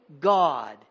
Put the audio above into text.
God